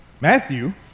Matthew